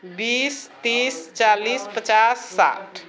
बीस तीस चालीस पचास साठि